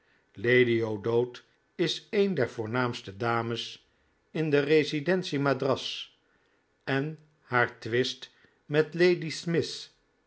lady o'dowd is een der voornaamste dames in de residentie madras en haar twist met lady smith